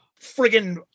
friggin